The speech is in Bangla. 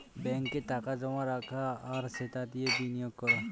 ব্যাঙ্কে টাকা জমা রাখা আর সেটা দিয়ে বিনিয়োগ করা